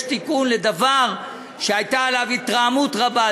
יש בו תיקון של דבר שהייתה עליו התרעמות רבה,